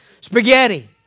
Spaghetti